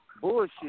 bullshit